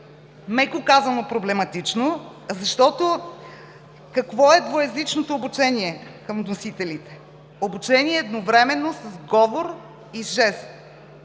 меко казано, проблематично. Защото какво е двуезичното обучение – към вносителите? Обучение едновременно с говор и жест.